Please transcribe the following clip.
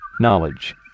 knowledge